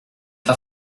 pas